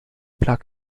plug